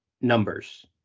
numbers